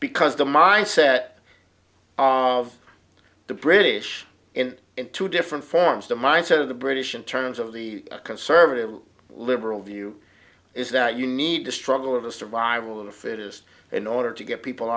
because the my set of the british and into different forms the mindset of the british in terms of the conservative liberal view is that you need to struggle of the survival of the fittest in order to get people